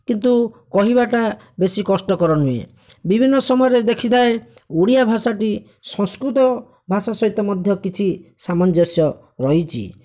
କିନ୍ତୁ କହିବାଟା ବେଶି କଷ୍ଟକର ନୁହେଁ ବିଭିନ୍ନ ସମୟରେ ଦେଖିଥାଏ ଓଡ଼ିଆ ଭାଷାଟି ସଂସ୍କୃତ ଭାଷା ସହିତ ମଧ୍ୟ କିଛି ସାମଞ୍ଜସ୍ୟ ରହିଛି